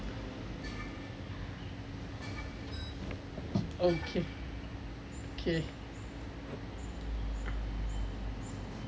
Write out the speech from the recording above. okay okay